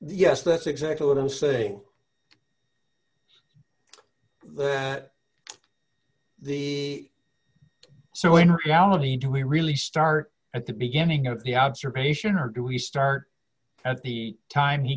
yes that's exactly what i'm saying the so in reality two we really start at the beginning of the observation or do we start at the time he